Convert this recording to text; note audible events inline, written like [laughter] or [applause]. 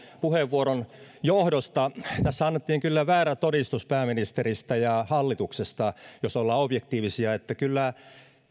puheenvuoron johdosta [unintelligible] [unintelligible] [unintelligible] [unintelligible] [unintelligible] siinä annettiin kyllä väärä todistus pääministeristä ja hallituksesta [unintelligible] jos ollaan objektiivisia kyllä